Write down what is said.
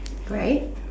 right